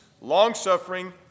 longsuffering